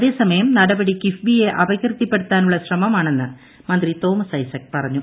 അതേസമയം നടപടി കിഫ്ബിയെ അപകീർത്തിപ്പെടുത്താനുള്ള ശ്രമമാണെന്ന് മന്ത്രി തോമസ് ഐസക് പറഞ്ഞു